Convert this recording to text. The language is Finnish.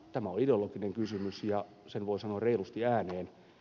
tämä on ideologinen kysymys ja sen voi sanoa reilusti ääneen